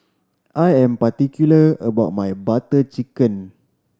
I am particular about my Butter Chicken